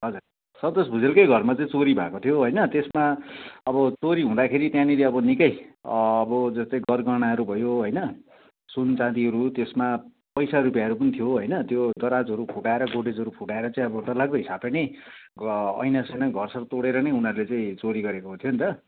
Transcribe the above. हजुर सन्तोष भुजेलकै घरमा चाहिँ चोरी भएको थियो होइन त्यसमा अब चोरी हुँदाखेरि त्यहाँनेरि अब निकै जस्तो गर गहनाहरू भयो होइन सुनचाँदीहरू त्यसमा पैसा रुपियाँहरू पनि थियो होइन त्यो दराजहरू फुटाएर गोद्रेजहरू फुटाएर अब डरलाग्दो हिसाबले ग ऐना सैना घर सर तोडेर नै उनीहरूले चोरी गरेको थियो नि त